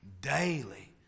daily